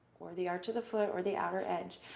or the arch of the foot or the outer edge,